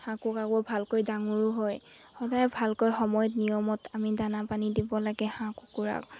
হাঁহ কুকুৰাবোৰ ভালকৈ ডাঙৰো হয় সদায় ভালকৈ সময়ত নিয়মত আমি দানা পানী দিব লাগে হাঁহ কুকুৰাক